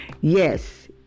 yes